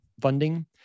funding